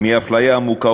מאפליה עמוקה,